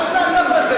זאת העבודה שלנו.